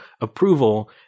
approval